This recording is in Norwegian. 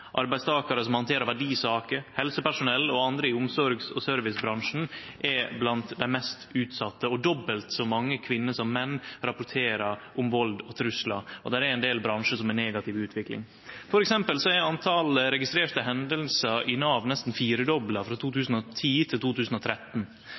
arbeidstakarar som handterer verdisaker, helsepersonell og andre i omsorgs- og servicebransjen, er blant dei mest utsette. Dobbelt så mange kvinner som menn rapporterer om vald og truslar. Det er ein del bransjar som har ei negativ utvikling. For eksempel vart talet på registrete hendingar i Nav nesten firedobla frå